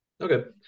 okay